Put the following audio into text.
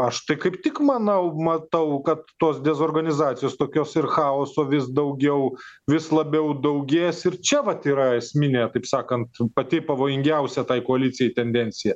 aš tai kaip tik manau matau kad tos dezorganizacijos tokios ir chaoso vis daugiau vis labiau daugės ir čia vat yra esminė taip sakant pati pavojingiausia tai koalicijai tendencija